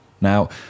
Now